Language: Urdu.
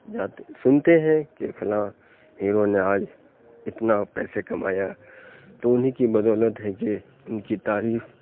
جاتے سنتے ہیں کہ فلاں ہیرو نے آج اتنا پیسے کمایا تو انہیں کی بدولت ہے کہ ان کی تعریف